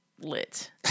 lit